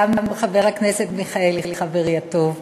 גם חבר הכנסת מיכאלי, חברי הטוב,